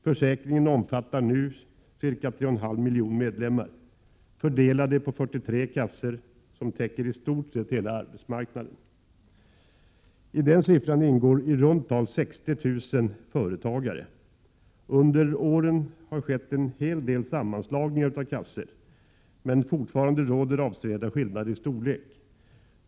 Försäkringen omfattar nu ca 3,5 miljoner medlemmar, fördelade på 43 kassor som täcker i stort sett hela arbetsmarknaden. I den siffran ingår i runt tal 60 000 företagare. Under åren har skett en hel del sammanslagningar av kassor, men fortfarande råder avsevärda skillnaderi storlek.